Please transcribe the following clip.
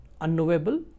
unknowable